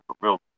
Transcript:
real